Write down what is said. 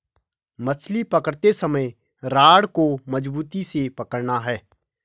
मछली पकड़ते समय रॉड को मजबूती से पकड़ना है